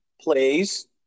plays